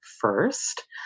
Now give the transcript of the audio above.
first